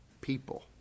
people